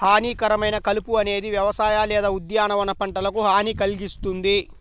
హానికరమైన కలుపు అనేది వ్యవసాయ లేదా ఉద్యానవన పంటలకు హాని కల్గిస్తుంది